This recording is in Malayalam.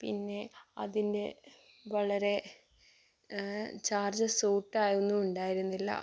പിന്നേ അതിൻ്റെ വളരെ ചാർജർ സൂട്ടാവുന്നും ഉണ്ടായിരുന്നില്ല